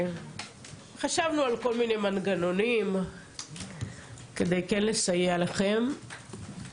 חשבנו על כל מיני מנגנונים כדי כן לסייע לכם,